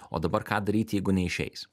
o dabar ką daryti jeigu neišeis